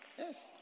Yes